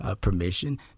permission